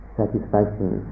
satisfaction